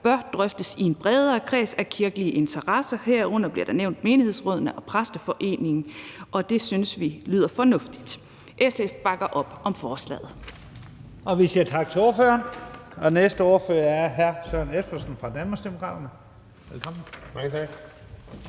bør drøftes i en bredere kreds af kirkelige interesser, herunder bliver der nævnt menighedsrådene og Præsteforeningen, og det synes vi lyder fornuftigt. SF bakker op om forslaget.